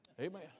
Amen